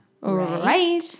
right